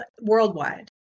worldwide